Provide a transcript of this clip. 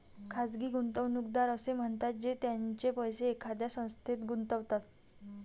खाजगी गुंतवणूकदार असे असतात जे त्यांचे पैसे एखाद्या संस्थेत गुंतवतात